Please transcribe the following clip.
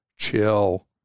Chill